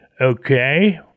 Okay